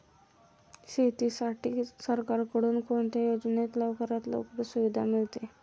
शेतीसाठी सरकारकडून कोणत्या योजनेत लवकरात लवकर सुविधा मिळते?